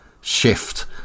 shift